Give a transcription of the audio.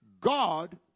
God